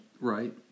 Right